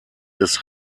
des